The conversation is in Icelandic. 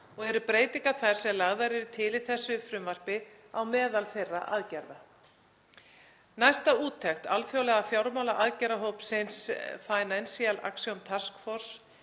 og eru breytingar þær sem lagðar eru til í þessu frumvarpi á meðal þeirra aðgerða. Næsta úttekt alþjóðlega fjármálaaðgerðahópsins Financial Action Task Force,